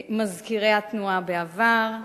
מזכירי התנועה בעבר,